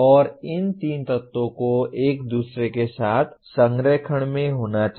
और इन तीन तत्वों को एक दूसरे के साथ संरेखण में होना चाहिए